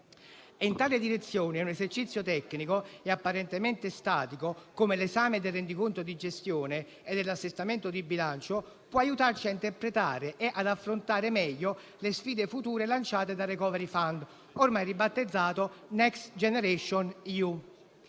In tale direzione, un esercizio tecnico e apparentemente statico, come l'esame del rendiconto di gestione e dell'assestamento di bilancio, può aiutarci a interpretare e ad affrontare meglio le sfide future lanciate dal *recovery fund* , ormai ribattezzato Next generation EU.